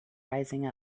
rising